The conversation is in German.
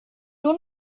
nur